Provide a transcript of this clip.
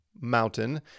mountain